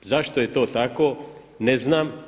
Zašto je to tako, ne znam.